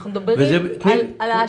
אני ראש